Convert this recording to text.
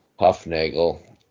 Huffnagel